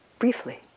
briefly